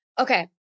Okay